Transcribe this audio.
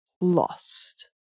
lost